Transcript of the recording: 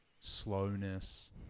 slowness